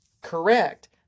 correct